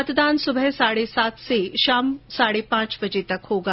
मतदान सुबह साढ़े सात से शाम साढ़े पांच बजे तक होगा